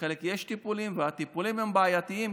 לחלק יש טיפולים והטיפולים הם בעייתיים,